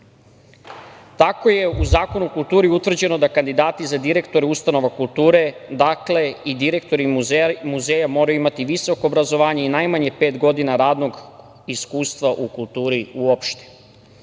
Tako je u Zakonu o kulturi utvrđeno da kandidati za direktora ustanova kulture, dakle i direktori muzeja, moraju imati visoko obrazovanje i najmanje pet godina radnog iskustva u kulturi uopšte. Na